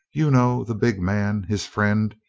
you know the big man, his friend,